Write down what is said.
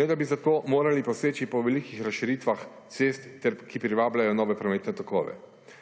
ne, da bi zato morali poseči po velikih razširitvah cest, ki privabljajo nove prometne tokove.